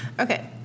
Okay